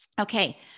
Okay